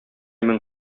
мең